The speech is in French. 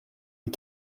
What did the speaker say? les